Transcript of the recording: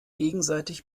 gegenseitig